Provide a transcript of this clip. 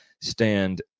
stand